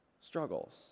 struggles